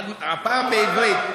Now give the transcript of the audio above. הפעם בעברית.